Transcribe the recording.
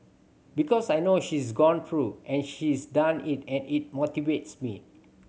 because I know she's gone through and she's done it and it motivates me